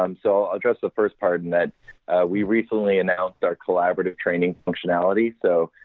um so i'll address the first part in that we recently announced our collaborative training functionality. so